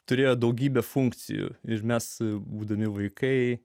turėjo daugybę funkcijų ir mes būdami vaikai